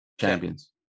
champions